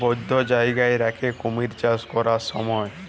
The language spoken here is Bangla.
বধ্য জায়গায় রাখ্যে কুমির চাষ ক্যরার স্যময়